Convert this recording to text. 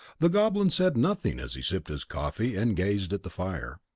the goblin said nothing as he sipped his coffee and gazed at the fire.